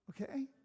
Okay